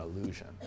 illusion